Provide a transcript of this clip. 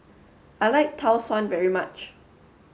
I like Tau Suan very much